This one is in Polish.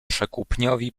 przekupniowi